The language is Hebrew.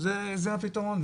זה הפתרון.